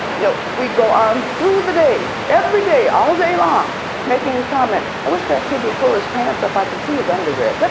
you know we go on through the day, every day, all day long making comments. i wish that kid would pull his pants up. i can see his underwear. but